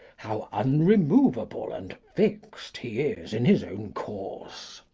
how unremovable and fix'd he is in his own course.